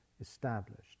established